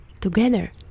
Together